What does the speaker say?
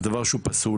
זה דבר שהוא פסול,